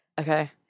Okay